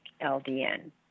LDN